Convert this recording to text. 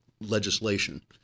legislation